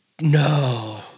No